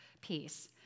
piece